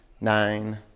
nine